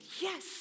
yes